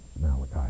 Malachi